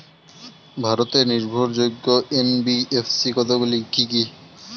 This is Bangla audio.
ভারতের নির্ভরযোগ্য এন.বি.এফ.সি কতগুলি কি কি?